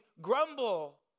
grumble